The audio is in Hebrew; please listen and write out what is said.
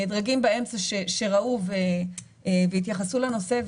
דרגים באמצע שראו והתייחסו לנושא.